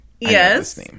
Yes